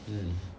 mm